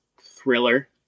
thriller